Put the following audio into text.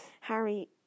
Harry